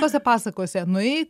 tose pasakose nueik